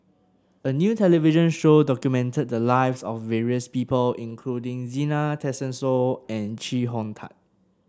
a new television show documented the lives of various people including Zena Tessensohn and Chee Hong Tat